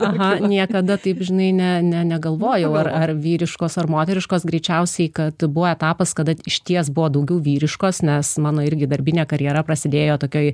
aha niekada taip žinai ne ne negalvojau ar vyriškos ar moteriškos greičiausiai kad buvo etapas kada išties buvo daugiau vyriškos nes mano irgi darbinė karjera prasidėjo tokioj